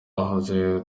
ahahoze